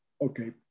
Okay